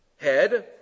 head